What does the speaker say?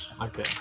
Okay